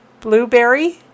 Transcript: Blueberry